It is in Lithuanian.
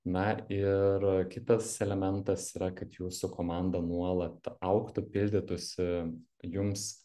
na ir kitas elementas yra kad jūsų komanda nuolat augtų pildytųsi jums